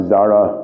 Zara